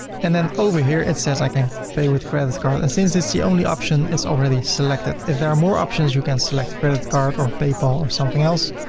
and then over here, it says i can pay with credit card. and since it's the only option is already selected. if there are more options, you can select credit card or paypal or something else.